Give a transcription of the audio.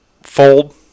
fold